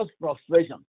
prostration